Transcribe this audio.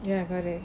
ya correct